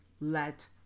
Let